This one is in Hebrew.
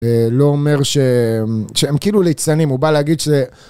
לא אומר שהם כאילו ליצנים, הוא בא להגיד ש...